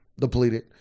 depleted